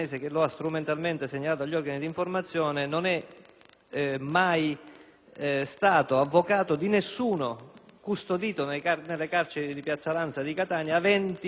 mai stato avvocato di nessun custodito nelle carceri di Piazza Lanza di Catania avente le caratteristiche del